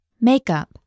Makeup